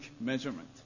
measurement